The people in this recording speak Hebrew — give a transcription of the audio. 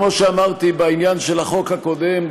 כמו שאמרתי כאן גם בעניין של החוק הקודם,